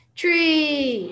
tree